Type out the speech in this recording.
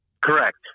Correct